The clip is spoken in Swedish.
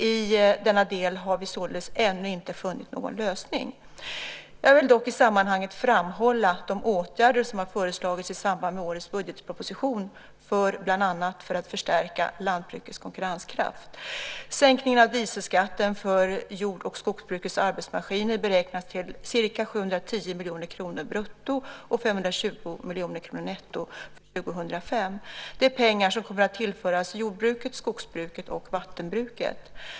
I denna del har vi således ännu inte funnit någon lösning. Jag vill dock i sammanhanget framhålla de åtgärder som har föreslagits i samband med årets budgetproposition bland annat för att stärka lantbrukets konkurrenskraft. Sänkningen av dieselskatten för jord och skogsbrukets arbetsmaskiner beräknas till ca 710 miljoner kronor brutto och 520 miljoner kronor netto för 2005. Detta är pengar som kommer att tillföras jordbruket, skogsbruket och vattenbruket.